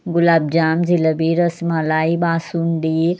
गुलाबजाम jalebi rasmalai basundi